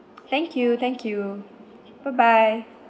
thank you thank you bye bye